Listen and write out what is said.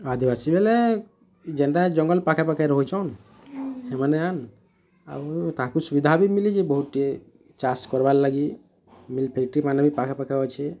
ଆଦିବାସୀ ବେଲେ ଯେନଟା ଜଙ୍ଗଲ୍ ପାଖେ ପାଖେ ରହୁଛନ୍ ହେମାନେ ଆଉ ତାହାକୁଁ ସୁବିଧା ବି ମିଲିଛେ ବହୁତଟେ ଚାଷ୍ କରବାର୍ ଲାଗି ମିଲ୍ ଫ୍ୟାକ୍ଟ୍ରି ମାନେ ବି ପାଖେ ପାଖେ ଅଛେ